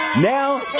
Now